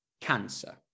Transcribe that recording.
cancer